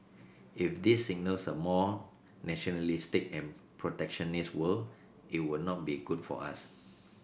if this signals a more nationalistic and protectionist world it will not be good for us